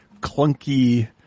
clunky